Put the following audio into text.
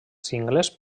cingles